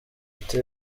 afite